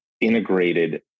integrated